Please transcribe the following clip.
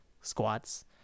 squats